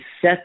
set